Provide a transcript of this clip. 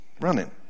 running